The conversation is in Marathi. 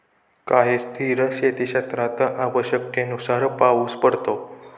काही स्थिर शेतीक्षेत्रात आवश्यकतेनुसार पाऊस पडतो